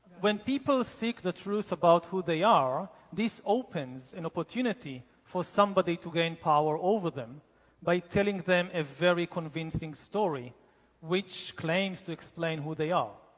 when people seek the truth about who they are, this opens an opportunity for somebody to gain power over them by telling them a very convincing story which claims to explain who they are.